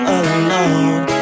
alone